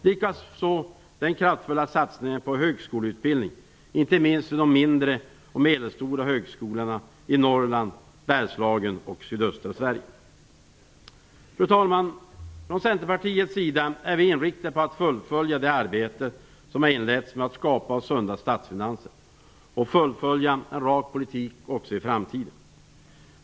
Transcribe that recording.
Likaså har den kraftfulla satsningen på högskoleutbildning inte minst vid de mindre och medelstora högskolorna i Norrland, Bergslagen och sydöstra Sverige stor betydelse. Fru talman! Från Centerpartiets sida är vi inriktade på att fullfölja det arbete som har inletts med att skapa sunda statsfinanser och fullfölja en rak politik också i framtiden.